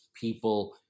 people